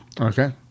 Okay